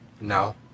No